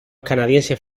canadienses